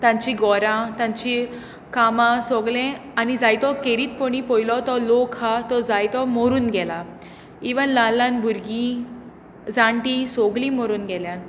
तांची घरां तांची कामां सगलें आनी जायते खेरीतपणी पयलो तो लोक आसा तो जायतो मरून गेला इवन ल्हान ल्हान भुरगीं जाणटीं सगलीं मरून गेल्या